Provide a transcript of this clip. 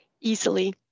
easily